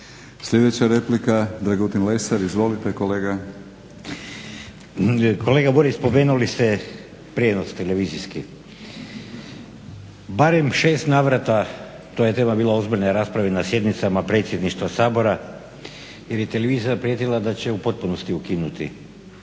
Stranka rada)** Uvaženi kolega Burić spomenuli ste prijenos televizijski. Barem 6 navrata, to je tema bila ozbiljne rasprave i na sjednicama predsjedništava Sabora, jer je televizija prijetila da će u potpunosti ukinuti